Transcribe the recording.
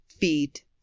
feet